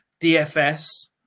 DFS